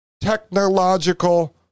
technological